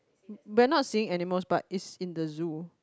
but not seeing animals but it's in the zoo